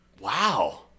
Wow